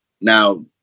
Now